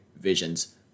visions